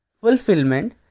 Fulfillment